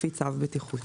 לפי צו בטיחות,